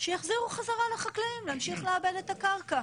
שיחזירו חזרה לחקלאים להמשיך לעבד את הקרקע.